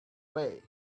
way